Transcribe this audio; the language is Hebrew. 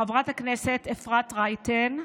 חברת הכנסת אפרת רייטן,